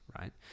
right